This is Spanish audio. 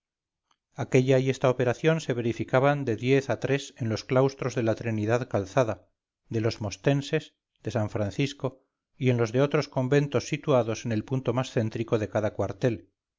aquella y esta operación se verificaban de diez a tres en los claustros de la trinidad calzada de los mostenses de san francisco y en los de otros conventos situados en el punto más céntrico de cada cuartel